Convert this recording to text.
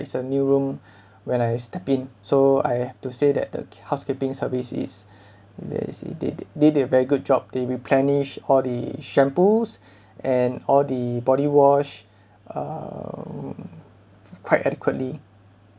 it's a new room when I stepped in so I have to say that the housekeeping service is they they they did very good job they replenish all the shampoos and all the body wash um quite adequately